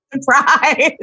Surprise